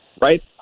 right